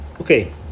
Okay